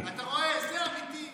אתה יושב עם האחים המוסלמים.